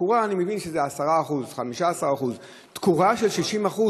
תקורה אני מבין שזה 10%, 15%. תקורה של 60%?